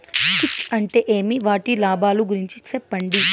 కీచ్ అంటే ఏమి? వాటి లాభాలు గురించి సెప్పండి?